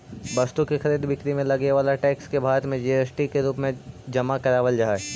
वस्तु के खरीद बिक्री में लगे वाला टैक्स के भारत में जी.एस.टी के रूप में जमा करावल जा हई